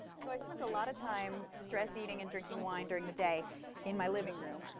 so i spent a lot of time stress eating and drinking wine during the day in my living room.